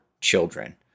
children